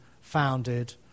founded